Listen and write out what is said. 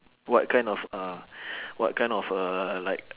what kind of a what kind of uh like